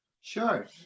Sure